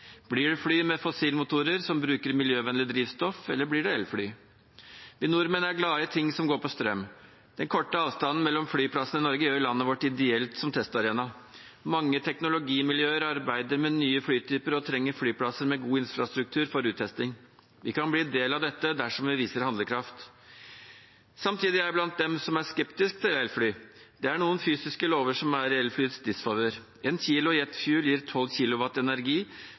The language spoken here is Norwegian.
Blir det fly med fossilmotorer som bruker miljøvennlig drivstoff, eller blir det elfly? Vi nordmenn er glad i ting som går på strøm. Den korte avstanden mellom flyplassene i Norge gjør jo landet vårt ideelt som testarena. Mange teknologimiljøer arbeider med nye flytyper og trenger flyplasser med god infrastruktur for uttesting. Vi kan bli en del av dette dersom vi viser handlekraft. Samtidig er jeg blant dem som er skeptiske til elfly. Det er noen fysiske lover som er i elflyets disfavør. En kilo jetfuel gir 12 kWh i energi,